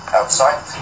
outside